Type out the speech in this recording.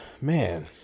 Man